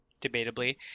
debatably